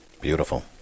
beautiful